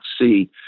see